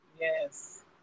Yes